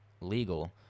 legal